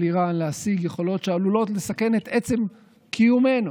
איראן להשיג יכולות שעלולות לסכן את עצם קיומנו.